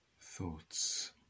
thoughts